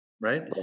right